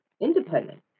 independent